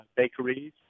bakeries